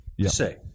say